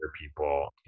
people